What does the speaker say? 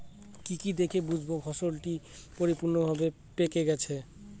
কি কি দেখে বুঝব ফসলটি পরিপূর্ণভাবে পেকে গেছে?